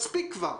מספיק כבר,